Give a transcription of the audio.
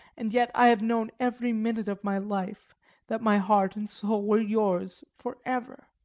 and yet i have known every minute of my life that my heart and soul were yours for ever.